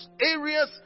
areas